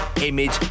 image